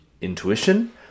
intuition